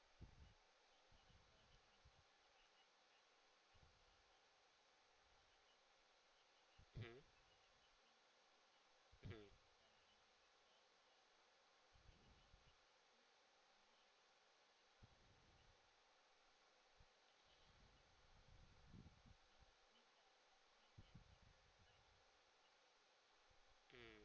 mmhmm mmhmm